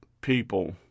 people